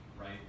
right